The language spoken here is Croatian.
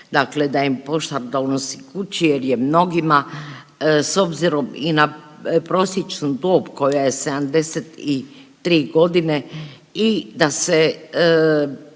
dakle da im pošta donosi kući jer je mnogima s obzirom i na prosječnu dob koja je 73.g. i da se